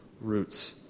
roots